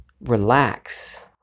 Relax